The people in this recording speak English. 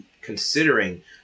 considering